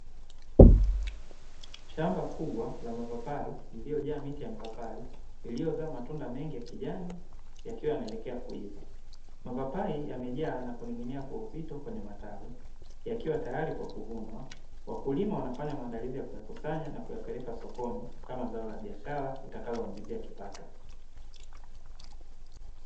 Shamba kubwa la mapapai lililojaa miti ya mipapai iliyozaa matunda mengi ya kijani yakiwa yanaelekea kuiva. Mapapai yamejaa na kuning'inia kwa uzito kwenye matawi yakiwa tayari kwa kuvunwa. Wakulima wanafanya maandalizi ya kuyakusanya na kuyapeleka sokoni kama zao la biashara litakalowaingizia kipato.